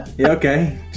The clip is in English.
okay